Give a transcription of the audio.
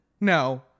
No